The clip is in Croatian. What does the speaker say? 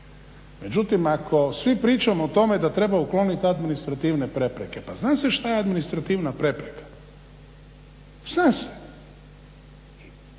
Međutim, ako svi pričamo o tome da treba ukloniti administrativne prepreke, pa zna se šta je administrativna prepreka, zna se,